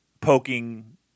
poking